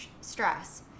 stress